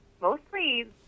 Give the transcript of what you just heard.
mostly